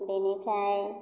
बेनिफ्राय